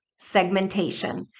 segmentation